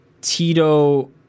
Tito